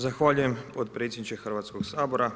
Zahvaljujem potpredsjedniče Hrvatskog sabora.